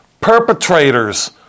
perpetrators